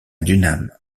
dunham